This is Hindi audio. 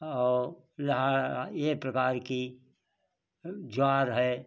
और ला ये प्रकार की ज्वार है